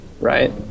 Right